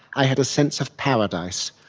i had a sense of paradise,